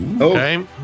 Okay